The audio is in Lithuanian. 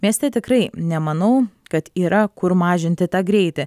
mieste tikrai nemanau kad yra kur mažinti tą greitį